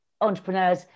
entrepreneurs